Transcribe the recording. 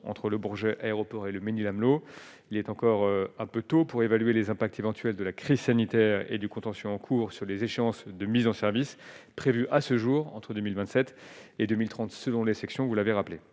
entre Le Bourget, aéroport et le Mesnil-Amelot, il est encore un peu tôt pour évaluer les impacts éventuels de la crise sanitaire et du contentieux en cours sur les échéances de mise en service prévue à ce jour, entre 2027 et 2030 selon les sections, vous l'avez rappelé